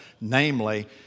namely